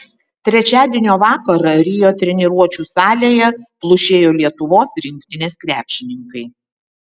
trečiadienio vakarą rio treniruočių salėje plušėjo lietuvos rinktinės krepšininkai